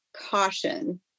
caution